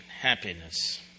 happiness